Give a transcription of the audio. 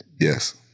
Yes